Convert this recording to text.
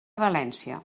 valència